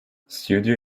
studio